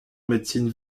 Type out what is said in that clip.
médecine